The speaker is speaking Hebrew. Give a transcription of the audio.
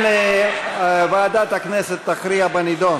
התשע"ה 2015, לוועדה שתקבע ועדת הכנסת נתקבלה.